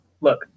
look